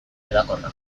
hedakorra